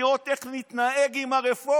לראות איך אנחנו נתנהג עם הרפורמה.